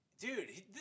Dude